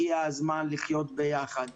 הגיע הזמן לחיות ביחד.